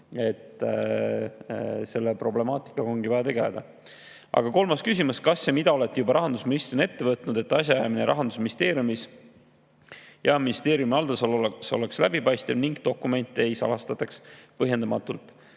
selle problemaatikaga ongi vaja tegeleda. Aga kolmas küsimus: "Kas ja mida olete juba rahandusministrina ette võtnud, et asjaajamine Rahandusministeeriumis ja ministeeriumi haldusalas oleks läbipaistev ning dokumente ei salastataks põhjendamatult?"